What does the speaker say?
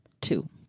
Two